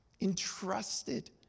entrusted